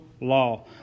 law